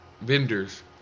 vendors